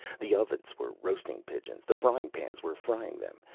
the ovens were roasting pigeons, the frying-pans were frying them,